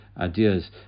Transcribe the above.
ideas